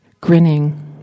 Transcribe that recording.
grinning